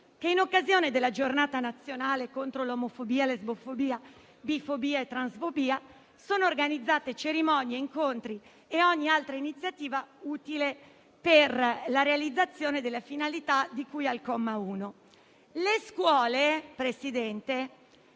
che «In occasione della Giornata nazionale contro l'omofobia, la lesbofobia, la bifobia e la transfobia sono organizzate cerimonie, incontri e ogni altra iniziativa utile per la realizzazione delle finalità di cui al comma 1. Le scuole, nel